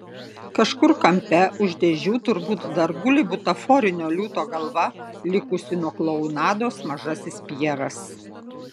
kažkur kampe už dėžių turbūt dar guli butaforinio liūto galva likusi nuo klounados mažasis pjeras